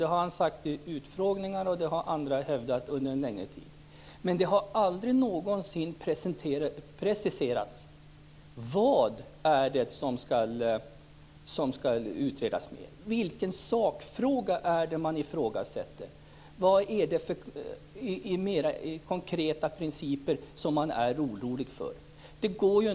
Det har han sagt vid utfrågningar - och det har också andra under en längre tid hävdat - men aldrig någonsin har det presenterats vad som skall utredas mera. Vilken sakfråga är det som ifrågasätts? Vad är det för mera konkreta principer som man är orolig för?